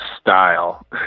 style